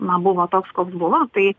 na buvo toks koks buvo tai